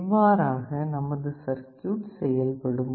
இவ்வாறாக நமது சர்க்யூட் செயல்படும்